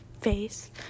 face